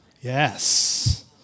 Yes